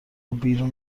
بیرون